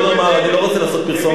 אני לא רוצה לעשות פרסומת,